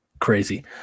crazy